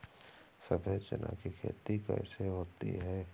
सफेद चना की खेती कैसे होती है?